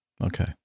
Okay